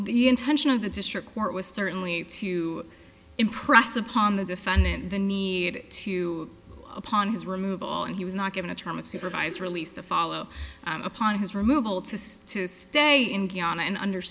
the intention of the district court was certainly to impress upon the defendant the need to upon his removal and he was not given a term of supervised release to follow upon his removal to stay to stay in ghana and under